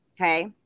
okay